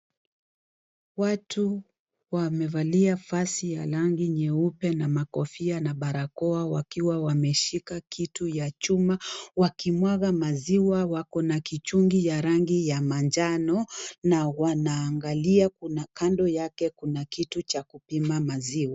Watu wamevalia vazi ya rangi nyeupe na makofia na barakoa wakiwa wameshika kitu ya chuma, wakimwaga maziwa. Wako na kichungi ya rangi ya manjano na wanaangalia, kuna kando yake kuna kitu cha kupima maziwa.